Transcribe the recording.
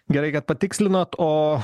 gerai kad patikslinot o